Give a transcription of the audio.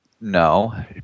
No